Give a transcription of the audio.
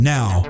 Now